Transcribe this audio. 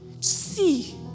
See